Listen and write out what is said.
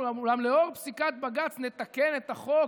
אולם לאור פסיקת בג"ץ נתקן את החוק.